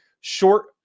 short